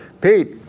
Pete